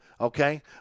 okay